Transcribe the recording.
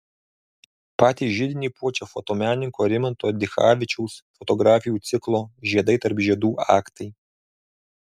patį židinį puošia fotomenininko rimanto dichavičiaus fotografijų ciklo žiedai tarp žiedų aktai